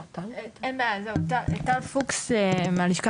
טל פוקס מהשלכה